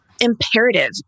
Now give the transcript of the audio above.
Imperative